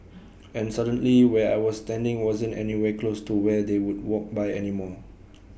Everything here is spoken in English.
and suddenly where I was standing wasn't anywhere close to where they would walk by anymore